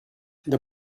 the